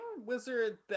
Wizard